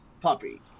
puppy